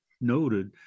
noted